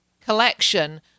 collection